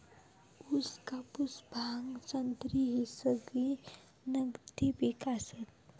ऊस, कापूस, भांग, संत्री ही सगळी नगदी पिका आसत